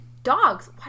Dogs